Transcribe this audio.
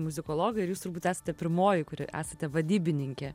muzikologai ir jūs turbūt esate pirmoji kuri esate vadybininkė